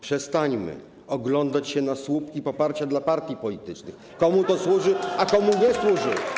Przestańmy oglądać się słupki poparcia dla partii politycznych, komu to służy, a komu nie służy.